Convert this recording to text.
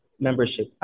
Membership